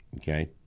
Okay